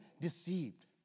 deceived